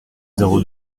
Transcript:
zéro